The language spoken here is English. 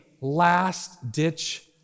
last-ditch